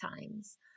times